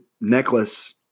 necklace